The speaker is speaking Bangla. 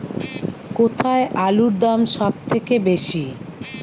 কোথায় আলুর দাম সবথেকে বেশি?